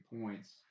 points